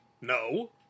No